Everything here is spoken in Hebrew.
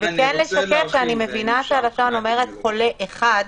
וכן לשקף שאני מבינה שהלשון אומרת חולה אחד מאומת,